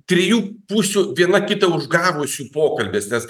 trijų pusių viena kitą užgavusių pokalbis nes